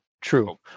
true